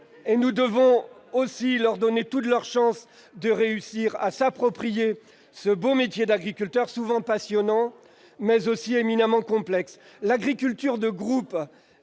nous devons leur donner toutes les chances de réussir à s'approprier ce beau métier d'agriculteur, souvent passionnant, mais aussi éminemment complexe. L'agriculture de groupe